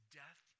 death